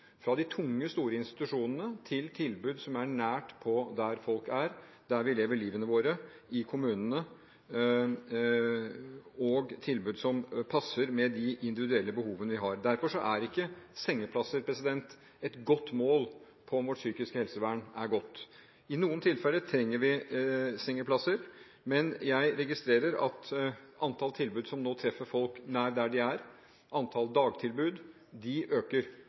fra de tunge, store institusjonene til tilbud som er nær der folk er – der vi lever livet vårt, i kommunene – og tilbud som passer med de individuelle behovene vi har. Derfor er ikke sengeplasser et godt mål på om vårt psykiske helsevern er godt. I noen tilfeller trenger vi sengeplasser, men jeg registrerer at antall tilbud som nå treffer folk nær der de er, og antall dagtilbud øker,